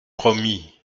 promis